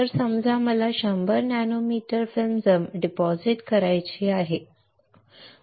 तर समजा मला 100 नॅनोमीटर फिल्म डिपॉझिशन करायची आहे बरोबर